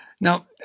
Now